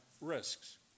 risks